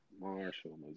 Marshall